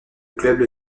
club